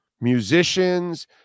Musicians